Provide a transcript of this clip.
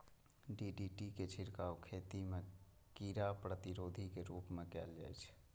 DDT के छिड़काव खेती मे कीड़ा प्रतिरोधी के रूप मे कैल जाइ छै